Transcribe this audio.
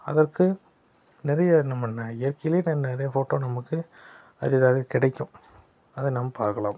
அதற்கு நிறைய நம்ம ந இயற்கையிலே நிறைய ஃபோட்டோ நமக்கு அரிதாக கிடைக்கும் அதை நாம் பார்க்கலாம்